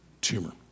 Tumor